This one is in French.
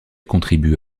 contribue